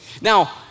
Now